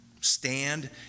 stand